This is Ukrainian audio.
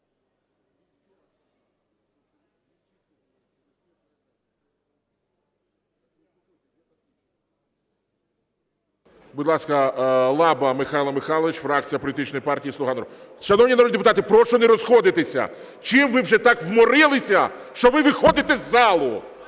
Будь ласка, Лаба Михайло Михайлович, фракція політичної партії "Слуга народу". Шановні народні депутати, прошу не розходитися! Чим ви вже так зморилися, що ви виходите з залу?!